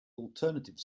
alternative